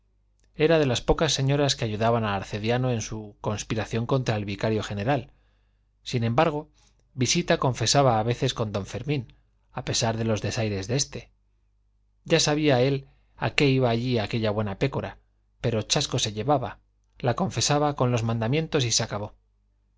era de las pocas señoras que ayudaban al arcediano en su conspiración contra el vicario general sin embargo visita confesaba a veces con don fermín a pesar de los desaires de este ya sabía él a qué iba allí aquella buena pécora pero chasco se llevaba la confesaba por los mandamientos y se acabó